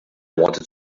wanted